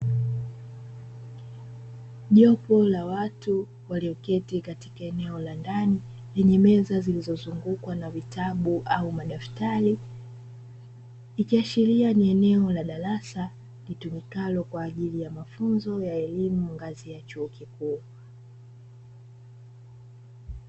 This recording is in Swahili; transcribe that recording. Jopo La watu walioketi katika eneo la ndani lenye meza zilizozungukwa na vitabu au madaftari, ikiashiria ni eneo la darasa litumikalo kwa ajili ya mafunzo ya elimu ngazi ya chuo kikuu.